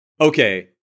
Okay